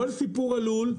כל סיפור הלול,